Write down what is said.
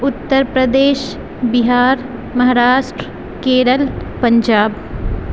Uttar Pradesh Bihar Maharashtra Kerala Punjab